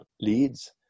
leads